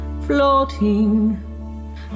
floating